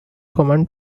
common